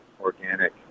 organic